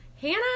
Hannah